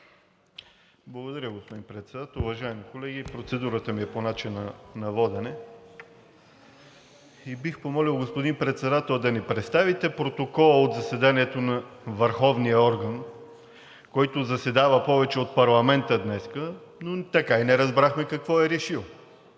Благодаря, господин Председател. Уважаеми колеги, процедурата ми е по начина на водене. Бих помолил, господин Председател, да ни представите протокола от заседанието на върховния орган, който заседава повече от парламента днес, но така и не разбрахме какво е решил.